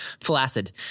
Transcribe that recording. flaccid